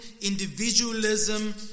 individualism